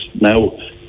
now